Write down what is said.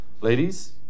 Ladies